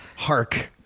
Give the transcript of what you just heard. hark.